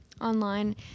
online